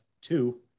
two